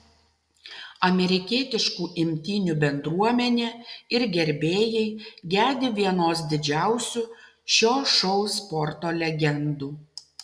amerikietiškų imtynių bendruomenė ir gerbėjai gedi vienos didžiausių šio šou sporto legendų